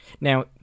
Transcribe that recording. Now